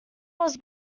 was